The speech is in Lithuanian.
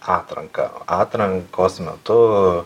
atranką atrankos metu